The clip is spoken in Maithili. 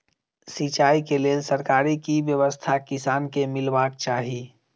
सिंचाई केँ लेल सरकारी की व्यवस्था किसान केँ मीलबाक चाहि?